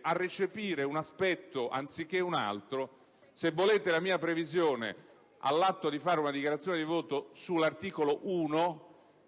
a recepire un aspetto anziché un altro ma, se volete la mia previsione, all'atto di fare una dichiarazione di voto sull'articolo 1,